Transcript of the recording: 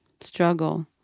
struggle